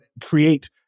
create